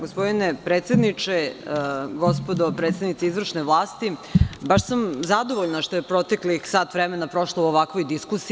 Gospodine predsedniče, gospodo predsednici izvršne vlasti, baš sam zadovoljna što je proteklih sat vremena prošlo u ovakvoj diskusiji.